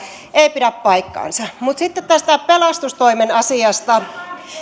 ei pidä paikkaansa mutta sitten tästä pelastustoimen asiasta